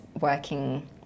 working